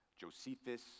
Josephus